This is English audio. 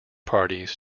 parties